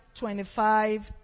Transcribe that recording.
25